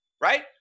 right